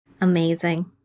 Amazing